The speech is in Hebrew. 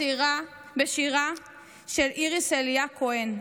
בשיר של איריס אליה כהן,